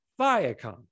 Viacom